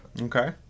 Okay